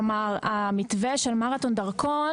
כלומר המתווה של מרתון דרכון,